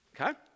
Okay